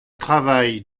travail